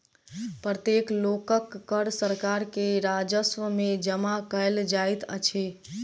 प्रत्येक लोकक कर सरकार के राजस्व में जमा कयल जाइत अछि